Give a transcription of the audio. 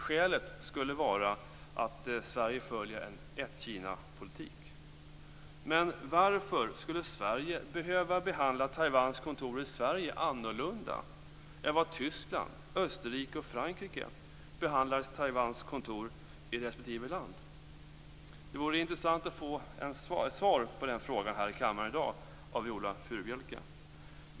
Skälet skulle vara att Sverige följer en ett-Kinapolitik. Men varför skulle Sverige behöva behandla Taiwans kontor i Sverige annorlunda än vad Tyskland, Österrike och Frankrike behandlar Taiwans kontor i respektive land? Det vore intressant att få ett svar på den frågan här i kammaren i dag av Viola Furubjelke.